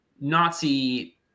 Nazi